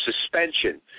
suspension